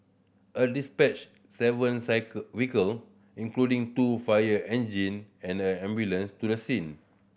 a dispatched seven vehicle including two fire engine and an ambulance to the scene